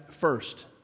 first